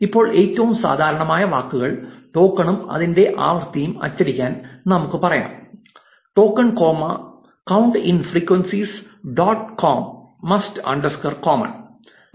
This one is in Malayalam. ഇപ്പോൾ ഏറ്റവും സാധാരണമായ വാക്കുകൾക്ക് ടോക്കണും അതിന്റെ ആവൃത്തിയും അച്ചടിക്കാൻ നമുക്ക് പറയാം 'token comma count in frequencies dot most underscore common'